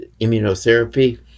immunotherapy